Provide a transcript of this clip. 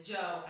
Joe